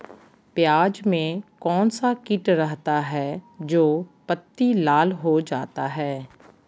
प्याज में कौन सा किट रहता है? जो पत्ती लाल हो जाता हैं